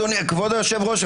אדוני כבוד היושב-ראש,